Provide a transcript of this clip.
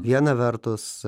viena vertus